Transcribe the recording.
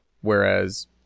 whereas